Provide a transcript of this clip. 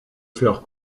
faire